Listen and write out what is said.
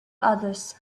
others